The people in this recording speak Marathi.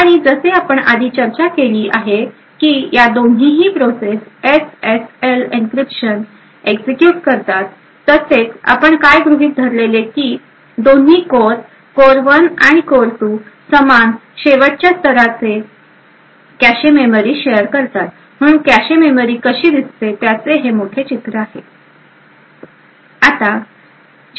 आणि जसे आपण आधी चर्चा केली आहे की या दोन्ही ही प्रोसेस एसएसएल एन्क्रिप्शन एक्झिक्युट करतात तसेच आपण काय गृहित धरलेले की दोन्ही कोर १ आणि कोर 2 समान शेवटच्या स्तराचे शेवटच्या स्तराची कॅशे मेमरी शेअर करतात म्हणून कॅशे मेमरी कशी दिसते त्याचे हे एक मोठे चित्र आहे